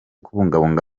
kubungabunga